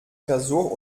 versuch